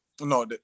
No